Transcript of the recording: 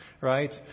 right